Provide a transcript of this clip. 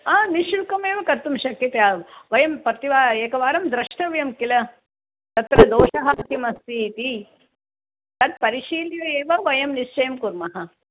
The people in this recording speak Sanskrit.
आ निःशुल्कमेव कर्तुं शक्यते अहं वयं प्रति एकवारं द्रष्टव्यं किल तत्र दोषः किमस्ति इति तत् परिशील्य एव वयं निश्चयं कुर्मः